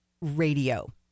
radio